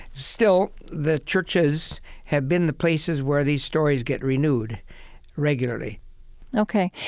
still, the churches have been the places where these stories get renewed regularly ok.